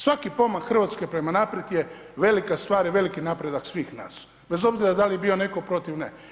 Svaki pomak Hrvatske prema naprijed je velika stvar i veliki napredak svih nas bez obzira da li bio netko protiv ne.